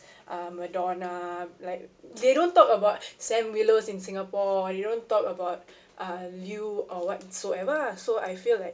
uh madonna like they don't talk about sam willows in singapore they don't talk about uh liu or whatsoever lah so I feel like